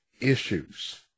issues